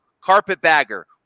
carpetbagger